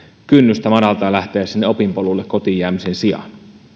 kynnystä madaltaa lähteä opinpolulle kotiin jäämisen sijaan